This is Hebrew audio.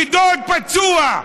ודוד פצוע,